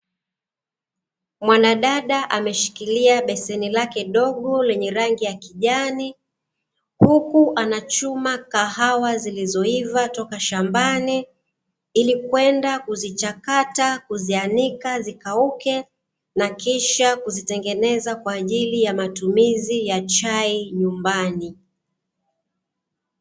Mwanadada ameshikilia beseni lake dogo lenye rangi ya kijani, huku anachuma kahawa zilizoiva toka shambani ili kwenda kuzichakata, kuzianika zikauke, na kisha kuzitengeneza kwa ajili ya matumizi ya chai nyumbani.